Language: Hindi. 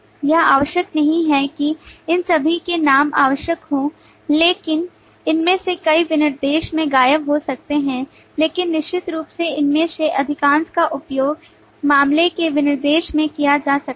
यह आवश्यक नहीं है कि इन सभी में नाम आवश्यक हो लेकिन इनमें से कई विनिर्देश में गायब हो सकते हैं लेकिन निश्चित रूप से उनमें से अधिकांश का उपयोग मामले के विनिर्देश में किया जा सकता है